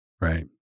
Right